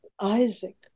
Isaac